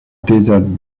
desert